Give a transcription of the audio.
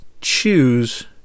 choose